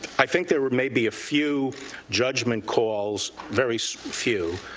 i think there were maybe a few judgment calls, very few,